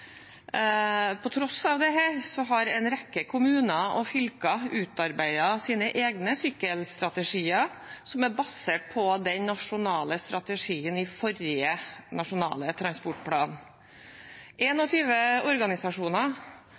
På tross av dette har en rekke kommuner og fylker utarbeidet sine egne sykkelstrategier, som er basert på den nasjonale strategien i forrige nasjonale transportplan. Det er 21 organisasjoner